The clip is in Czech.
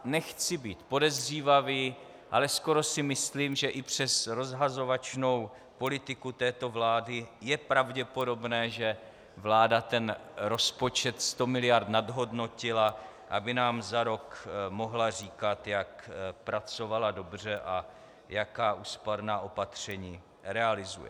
Nechci být podezřívavý, ale skoro si myslím, že i přes rozhazovačnou politiku této vlády je pravděpodobné, že vláda rozpočet 100 miliard nadhodnotila, aby nám za rok mohla říkat, jak pracovala dobře a jaká úsporná opatření realizuje.